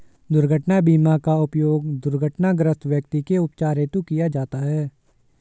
दुर्घटना बीमा का उपयोग दुर्घटनाग्रस्त व्यक्ति के उपचार हेतु किया जाता है